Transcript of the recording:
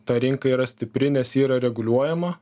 ta rinka yra stipri nes ji yra reguliuojama